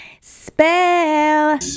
spell